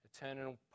eternal